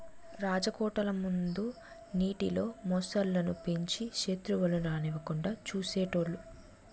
రాజకోటల ముందు నీటిలో మొసళ్ళు ను పెంచి సెత్రువులను రానివ్వకుండా చూసేటోలు